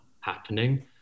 happening